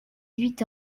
huit